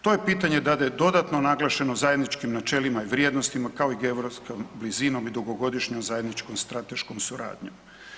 To je pitanje dodatno naglašeno zajedničkim načelima i vrijednostima kao i europskom blizinom i dugogodišnjom zajedničkom strateškom suradnjom.